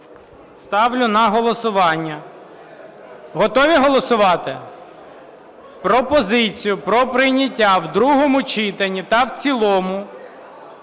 Ставлю на голосування. Готові голосувати? Пропозицію про прийняття в другому читанні та в цілому